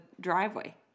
driveway